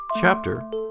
chapter